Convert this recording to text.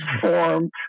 formed